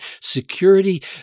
security